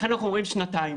לכן אנחנו אומרים שנתיים